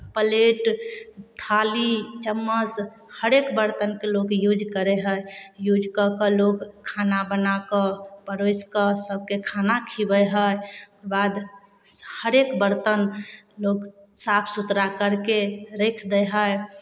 plate थारी चम्मच हरेक बरतनके लोक यूज करै हइ यूज कऽ कऽ लोक खाना बना कऽ परोसि कऽ सभकेँ खाना खिअबैत हइ बाद हरेक बरतन लोक साफ सुथड़ा करि कऽ राखि दै हइ